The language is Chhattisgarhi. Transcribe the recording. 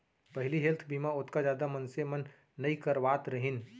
पहिली हेल्थ बीमा ओतका जादा मनसे मन नइ करवात रहिन